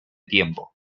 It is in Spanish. tiempo